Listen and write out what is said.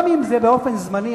גם אם זה באופן זמני,